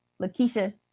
Lakeisha